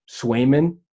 Swayman